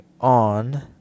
on